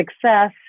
success